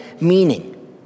meaning